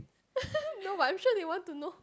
no but I'm sure you want to know